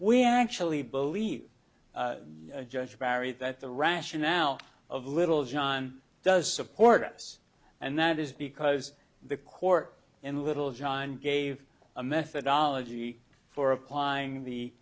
we actually believe the judge barry that the rationale of littlejohn does support us and that is because the court in littlejohn gave a methodology for applying